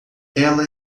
ela